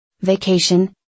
Vacation